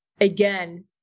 again